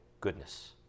goodness